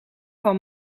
van